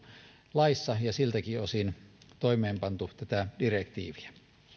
laissa ja siltäkin osin toimeenpantu tätä direktiiviä